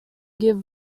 give